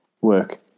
work